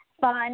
fun